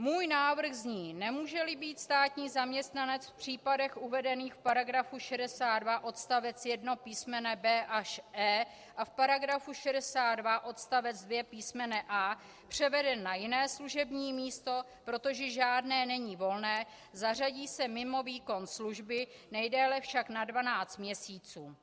Můj návrh zní: Nemůželi být státní zaměstnanec v případech uvedených v § 62 odst. 1 písm. b) až e) a v § 62 odst. 2 písm. a) převeden na jiné služební místo, protože žádné není volné, zařadí se mimo výkon služby, nejdéle však na 12 měsíců.